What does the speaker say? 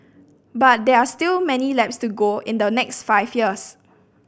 but there are still many laps to go in the next five years